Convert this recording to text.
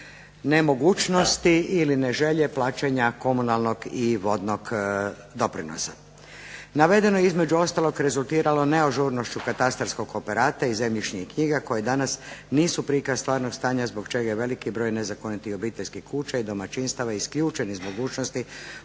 nemogućnosti ili ne želje plaćanja komunalnog i vodnog doprinosa. Navedeno je između ostalog rezultiralo neažurnošću katastarskog aparatu i zemljišnih knjiga koje danas nisu prikaz stvarnog stanja zbog čega je veliki broj nezakonitih obiteljskih kuća i domaćinstava isključeni zbog mogućnosti